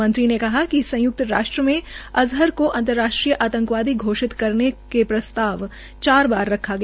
मंत्री ने कहा कि संयक्त राष्ट्र में अज़हर को अंतर्राष्ट्रीय आतंकवादी घोषित करने का प्रस्ताव चार बार रखा गया